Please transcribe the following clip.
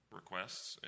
requests